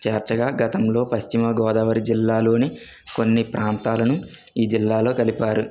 చేర్చగా గతంలో పశ్చిమగోదావరి జిల్లాలోని కొన్ని ప్రాంతాలను ఈ జిల్లాలో కలిపారు